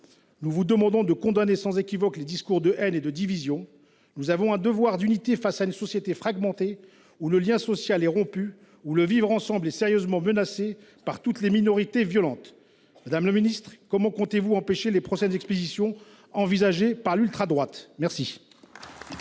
Nous vous demandons de condamner, sans équivoque, les discours de haine et de division. Nous avons un devoir d’unité face à une société fragmentée, où le lien social est rompu, où le vivre ensemble est sérieusement menacé par toutes les minorités violentes. Madame la secrétaire d’État, comment comptez vous empêcher les prochaines expéditions envisagées par l’ultradroite ? La